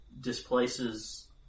displaces